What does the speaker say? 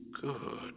Good